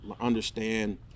understand